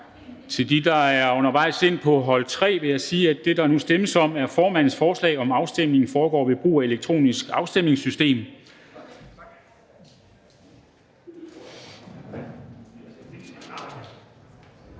Til dem, der er på vej fra hold 3, vil jeg sige, at det, der nu stemmes om, er formandens forslag om, at afstemningen foregår ved brug af det elektroniske afstemningssystem. Når